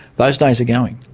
those days are going.